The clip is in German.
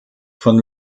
von